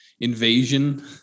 invasion